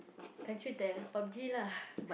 can't you tell Pub-G lah